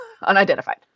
Unidentified